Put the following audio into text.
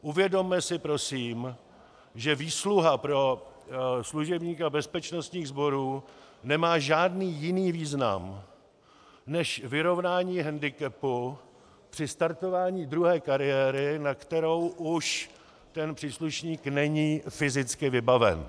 Uvědomme si prosím, že výsluha pro služebníka bezpečnostních sborů nemá žádný jiný význam než vyrovnání hendikepu při startování druhé kariéry, na kterou už ten příslušník není fyzicky vybaven.